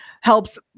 helps